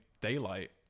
daylight